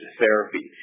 therapy